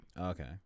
okay